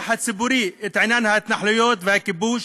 הציבורי את עניין ההתנחלויות והכיבוש,